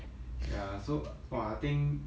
ya so !wah! I think